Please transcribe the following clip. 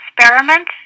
experiment